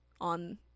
on